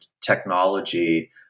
technology